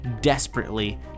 desperately